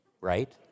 right